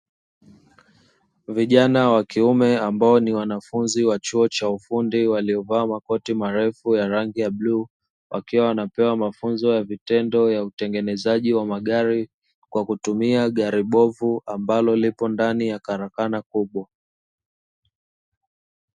Vijana wa kiume ambao ni wanafunzi wa chuo cha ufundi walio vaa makoti marefu ya rangi ya bluu, wakiwa wanapewa mafunzo ya vitendo ya utengenezaji wa magari kwa kutumia gari bovu, ambalo liko ndani ya karakana kubwa.